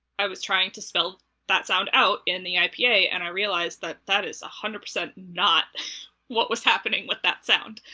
i was trying to spell that sound out in the ipa, and i realized that that is one hundred percent not what was happening with that sound.